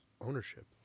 ownership